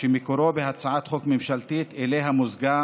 שמקורה בהצעת חוק ממשלתית שאליה מוזגה